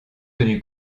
tenu